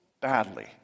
badly